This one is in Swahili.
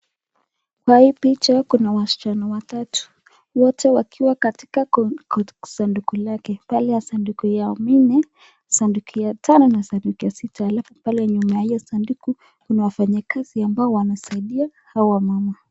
Kwa hii picha kuna wasichana watatu wote wakiwa katika sanduku lake pale kwa sanduku ya nne, sanduku tano, na sanduku ya sita, alfu pale nyuma hayo sanduku kuna wafanyikazi wenye wanasaidia hawa wamama.